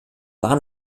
waren